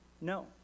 No